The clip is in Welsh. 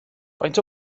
faint